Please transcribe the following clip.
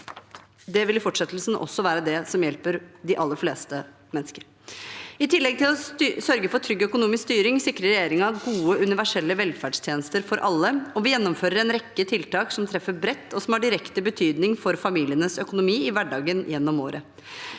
Det vil i fortsettelsen også være det som hjelper de aller fleste mennesker. I tillegg til å sørge for trygg økonomisk styring sikrer regjeringen gode, universelle velferdstjenester for alle, og vi gjennomfører en rekke tiltak som treffer bredt, og som har direkte betydning for familienes økonomi i hverdagen gjennom året.